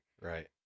Right